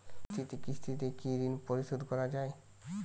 কিস্তিতে কিস্তিতে কি ঋণ পরিশোধ করা য়ায়?